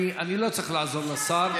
אני לא צריך לעזור לשר,